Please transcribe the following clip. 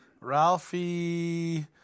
Ralphie